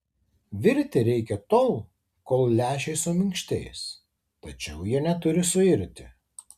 virti reikia tol kol lęšiai suminkštės tačiau jie neturi suirti